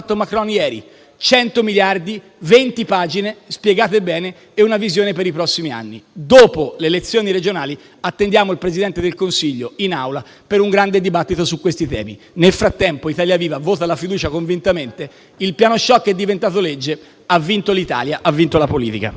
100 miliardi, 20 pagine spiegate bene e una visione per i prossimi anni. Dopo le elezioni regionali attendiamo il Presidente del Consiglio in Aula per un grande dibattito su questi temi. Nel frattempo, Italia Viva vota la fiducia convintamente. Il piano *choc* è diventato legge; ha vinto l'Italia, ha vinto la politica.